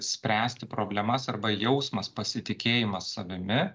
spręsti problemas arba jausmas pasitikėjimas savimi